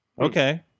Okay